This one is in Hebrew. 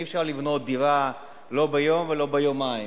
אי-אפשר לבנות דירה לא ביום ולא ביומיים,